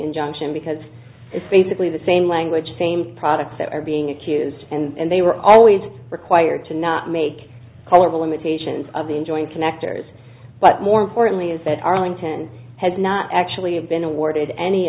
injunction because it's basically the same language same products that are being accused and they were always required to not make color limitations of the enjoin connectors but more importantly is that arlington has not actually been awarded any